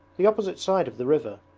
the opposite side of the river,